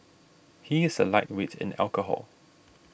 he is a lightweight in alcohol